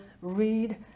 read